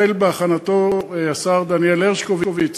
החל בהכנתו השר דניאל הרשקוביץ,